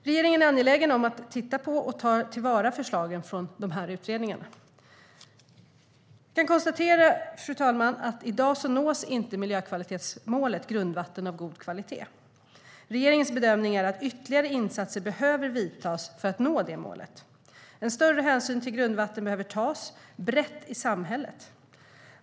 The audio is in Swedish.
Regeringen är angelägen om att titta på och ta till vara förslagen från de här utredningarna. Vi kan konstatera, fru talman, att i dag nås inte miljökvalitetsmålet Grundvatten av god kvalitet. Regeringens bedömning är att ytterligare insatser behöver vidtas för att nå det målet. En större hänsyn till grundvattnet behöver tas brett i samhället.